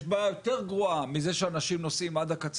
יש בעיה יותר גרועה מזה שאנשים נוסעים עד הקצה